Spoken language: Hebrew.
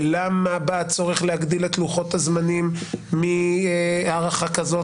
למה בא הצורך להגדיל את לוחות הזמנים מהארכה כזאת